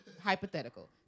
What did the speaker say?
hypothetical